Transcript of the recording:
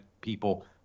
people